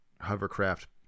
hovercraft